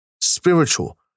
Spiritual